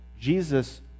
Jesus